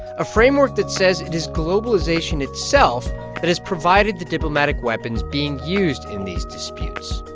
a framework that says it is globalization itself that has provided the diplomatic weapons being used in these disputes